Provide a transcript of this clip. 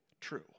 true